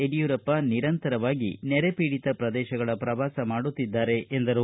ಯಡಿಯೂರಪ್ಪ ನಿರಂತರವಾಗಿ ನೆರೆ ಪೀಡಿತ ಪ್ರದೇಶಗಳ ಪ್ರವಾಸ ಮಾಡುತ್ತಿದ್ದಾರೆ ಎಂದರು